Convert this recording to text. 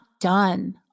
done